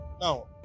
Now